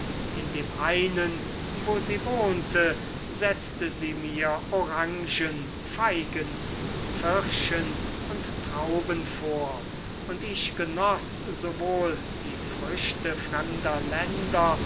in dem einen wo sie wohnte setzte sie mir orangen feigen pfirschen und trauben vor und ich genoß sowohl die früchte fremder länder